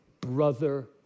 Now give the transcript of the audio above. brother